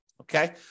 Okay